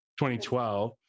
2012